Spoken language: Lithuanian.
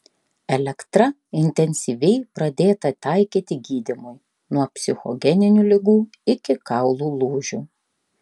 elektra intensyviai pradėta taikyti gydymui nuo psichogeninių ligų iki kaulų lūžių